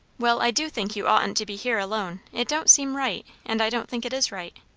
well, i do think you oughtn't to be here alone. it don't seem right, and i don't think it is right.